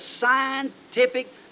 scientific